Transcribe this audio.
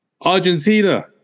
Argentina